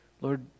Lord